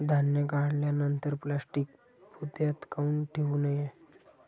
धान्य काढल्यानंतर प्लॅस्टीक पोत्यात काऊन ठेवू नये?